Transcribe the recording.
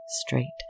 straight